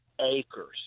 acres